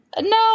No